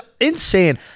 insane